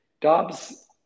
Dobbs